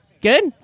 Good